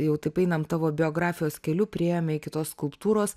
jau taip einam tavo biografijos keliu priėjome iki tos skulptūros